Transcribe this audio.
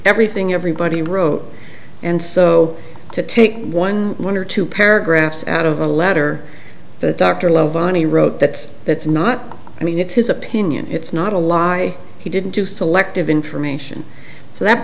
everything everybody wrote and so to take one one or two paragraphs out of a letter that dr love ani wrote that that's not i mean it's his opinion it's not a lie he didn't do selective information so that